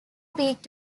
weak